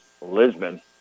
Lisbon